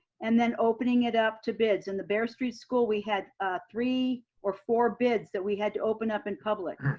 and then opening it up to bids and the bear street school we had three or four bids that we had to open up in public.